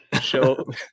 show